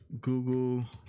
Google